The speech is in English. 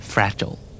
FRAGILE